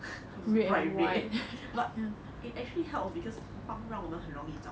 it was bright red but it actually helps because 它让我们很容易找